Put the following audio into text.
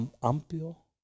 amplio